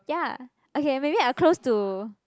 ya okay maybe I close to